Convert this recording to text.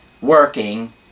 working